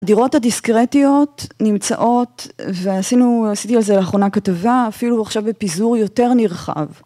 הדירות הדיסקרטיות נמצאות ועשינו... עשיתי על זה לאחרונה כתבה, אפילו עכשיו בפיזור יותר נרחב.